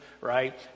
right